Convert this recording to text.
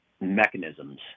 mechanisms